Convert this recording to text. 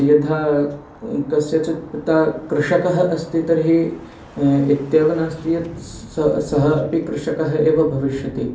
यथा कस्यचित् पिता कृषकः अस्ति तर्हि इत्येव नास्ति यत् सः अपि कृषकः एव भविष्यति